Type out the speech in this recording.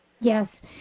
Yes